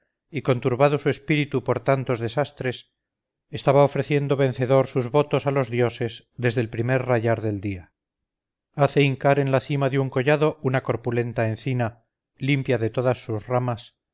y conturbado su espíritu por tantos desastres estaba ofreciendo vencedor sus votos a los dioses desde el primer rayar del día hace hincar en la cima de un collado una corpulenta encina limpia de todas sus ramas